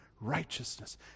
righteousness